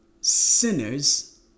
sinners